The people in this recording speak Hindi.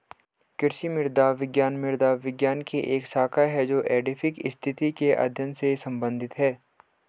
कृषि मृदा विज्ञान मृदा विज्ञान की एक शाखा है जो एडैफिक स्थिति के अध्ययन से संबंधित है